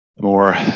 more